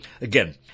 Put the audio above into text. Again